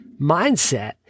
mindset